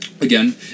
Again